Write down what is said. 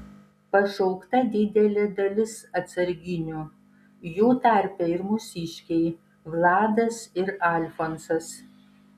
pašaukta didelė dalis atsarginių jų tarpe ir mūsiškiai vladas ir alfonsas